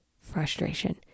frustration